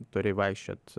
turi vaikščiot